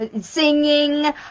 singing